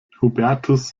hubertus